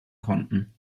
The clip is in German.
konnten